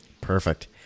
perfect